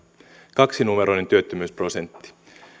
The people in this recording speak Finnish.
kaksinumeroinen työttömyysprosentti